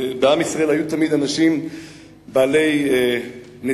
בעם ישראל היו תמיד אנשים בעלי נטייה,